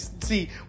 see